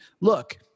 Look